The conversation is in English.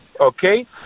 okay